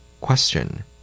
Question